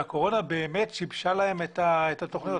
והקורונה שיבשה להם את התוכניות.